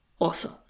awesome